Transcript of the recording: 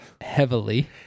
Heavily